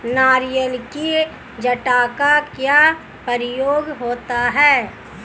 नारियल की जटा का क्या प्रयोग होता है?